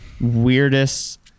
weirdest